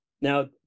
Now